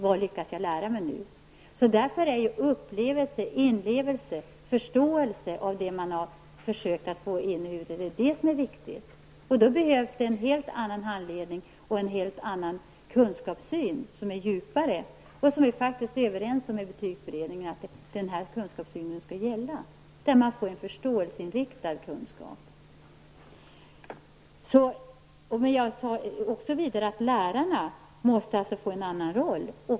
Vad lyckas eleven lära sig? Upplevelse, inlevelse och förståelse är det som är viktigt. Då behövs det en helt annat handledning och en helt annan kunskapssyn som är djupare. Vi är överens i betygsutredningen om att det är den synen som skall gälla. Eleven skall få en förståelseinriktad kunskap. Lärarna måste få en annan roll.